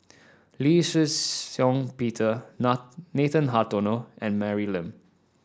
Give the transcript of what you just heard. Lee Shih Shiong Peter Nathan Hartono and Mary Lim